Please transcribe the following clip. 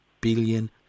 billion